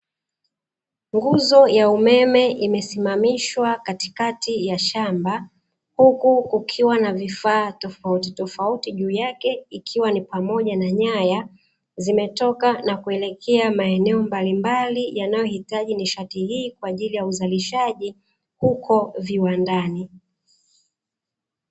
Nguzo ya umeme imesimamishwa katikati ya shamba, huku kukiwa na vifaa tofautitofauti juu yake, ikiwa ni pamoja na nyaya zimetoka kuelekea maeneo mbalimbali yanayohitaji nishati hii kwa ajili ya uzalishaji huko viwandani.